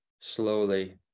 slowly